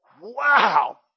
wow